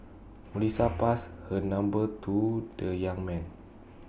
Melissa passed her number to the young man